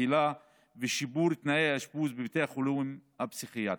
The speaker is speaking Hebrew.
בקהילה ושיפור תנאי האשפוז בבתי החולים הפסיכיאטריים.